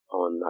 on